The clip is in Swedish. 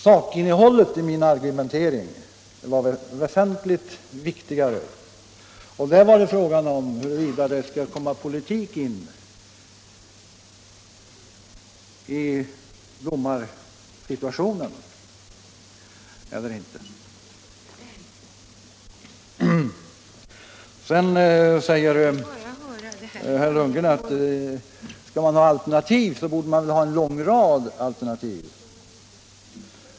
Sakinnehållet i min argumentering var väsentligt viktigare — den gällde nämligen huruvida det skulle komma politik in i domarsituationen eller inte. Sedan säger herr Lundgren att skall man ha alternativ så borde man ha en lång rad sådana.